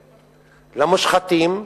למושחתים,